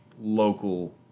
local